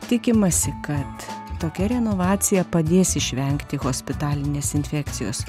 tikimasi kad tokia renovacija padės išvengti hospitalinės infekcijos